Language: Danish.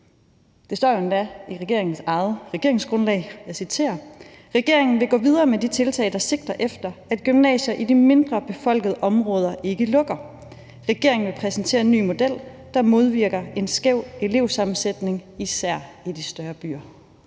Det står jo endda i regeringens eget regeringsgrundlag, og jeg citerer: »Regeringen vil gå videre med de tiltag, der sigter efter, at gymnasier i de mindre befolkede områder ikke lukker. Regeringen vil præsentere en ny model, der modvirker en skæv elevsammensætning især i de større byer.«